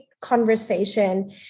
conversation